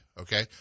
Okay